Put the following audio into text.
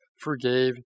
forgave